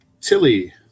Tilly